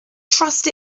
trust